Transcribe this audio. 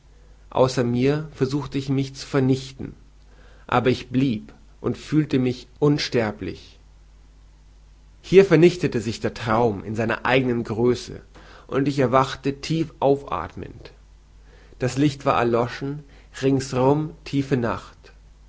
außer mir versuchte ich mich zu vernichten aber ich blieb und fühlte mich unsterblich hier vernichtete sich der traum in seiner eigenen größe und ich erwachte tiefaufathmend das licht war erloschen ringsum tiefe nacht